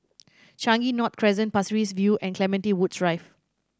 Changi North Crescent Pasir Ris View and Clementi Woods Drive